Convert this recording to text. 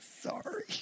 Sorry